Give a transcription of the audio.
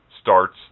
starts